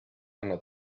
anna